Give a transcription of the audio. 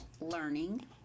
learning